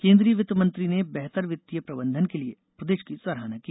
केन्द्रीय वित्त मंत्री ने बेहतर वित्तीय प्रबंधन के लिये प्रदेश की सराहना की